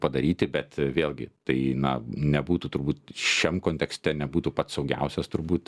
padaryti bet vėlgi tai nebūtų turbūt šiam kontekste nebūtų pats saugiausias turbūt